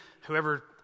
whoever